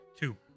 Two